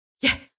yes